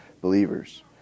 believers